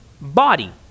body